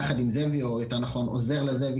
יחד עם זאב או יותר נכון עוזר לזאב,